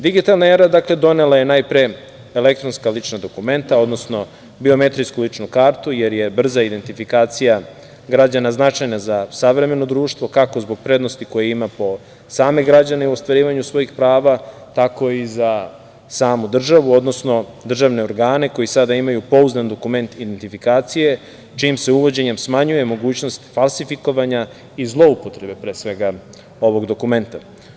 Digitalna era, dakle donela je najpre elektronska lična dokumenta, odnosno biometrijsku ličnu kartu, jer je brza identifikacija građana, značajna za savremeno društvo, kako zbog prednosti koju ima po same građane u ostvarivanju svojih prava, tako i za samu državu, odnosno državne organe, koji sada imaju pouzdan dokument identifikacije, čijim se uvođenjem smanjuje mogućnost falsifikovanja i zloupotrebe, pre svega ovog dokumenta.